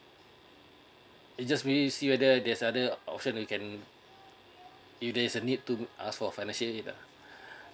it just really see whether there's other option we can if there's a need to ask for financial aid lah